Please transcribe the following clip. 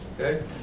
okay